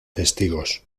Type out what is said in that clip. testigos